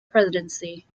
presidency